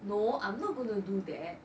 no I'm not gonna do that